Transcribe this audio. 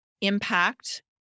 impact